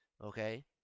okay